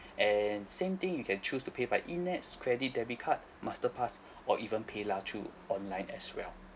and same thing you can choose to pay by E NETS credit debit card masterpass or even paylah through online as well